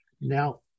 Now